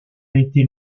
été